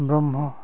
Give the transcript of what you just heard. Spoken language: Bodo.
ब्रह्म